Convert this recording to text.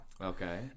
Okay